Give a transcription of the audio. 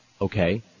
Okay